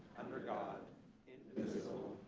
under god indivisible